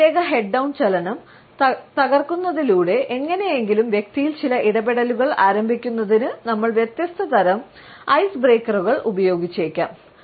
ഈ പ്രത്യേക head down ചലനം തകർക്കുന്നതിലൂടെ എങ്ങനെയെങ്കിലും വ്യക്തിയിൽ ചില ഇടപെടലുകൾ ആരംഭിക്കുന്നതിന് നമ്മൾ വ്യത്യസ്ത തരം ഐസ്ബ്രേക്കറുകൾ ഉപയോഗിച്ചേക്കാം